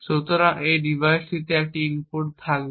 সুতরাং এখানে ডিভাইসটিতে একটি ইনপুট থাকবে